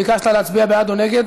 חבר הכנסת בר, ביקשת להצביע בעד או נגד?